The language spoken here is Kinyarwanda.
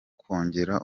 kongera